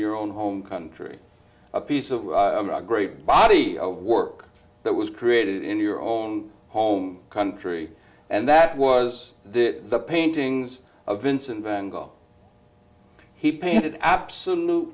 your own home country a piece of a great body of work that was created in your own home country and that was the paintings of vincent van gogh he painted absolute